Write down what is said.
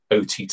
OTT